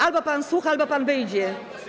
Albo pan słucha, albo pan wyjdzie.